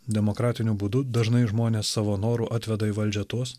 demokratiniu būdu dažnai žmonės savo noru atveda į valdžią tuos